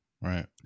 Right